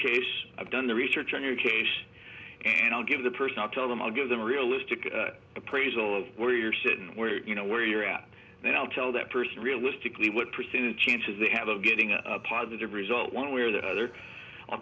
case i've done the research on your case and i'll give the person i'll tell them i'll give them a realistic appraisal of where you're sitting where you know where you're at and i'll tell that person realistically what percentage chances they have of getting a positive result one way or the other i'll